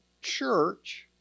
church